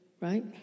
right